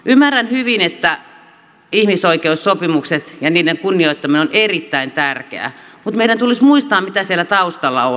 ymmärrän hyvin että ihmisoikeussopimukset ja niiden kunnioittaminen on erittäin tärkeää mutta meidän tulisi muistaa mitä siellä taustalla on